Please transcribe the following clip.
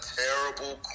terrible